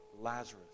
Lazarus